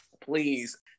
please